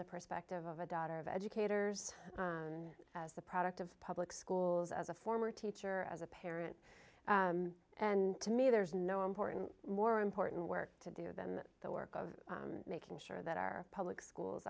the perspective of a daughter of educators and as a product of public schools as a former teacher as a parent and to me there's no important more important work to do than the work of making sure that our public schools